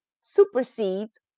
supersedes